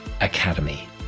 Academy